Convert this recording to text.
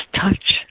touch